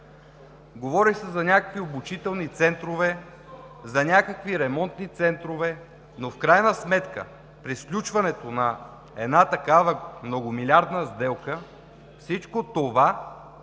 Говори се за някакви обучителни центрове, за някакви ремонтни центрове, но в крайна сметка при сключването на една такава многомилиардна сделка всичко това